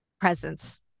presence